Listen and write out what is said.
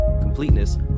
completeness